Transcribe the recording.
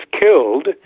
killed